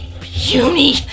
puny